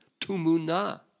tumuna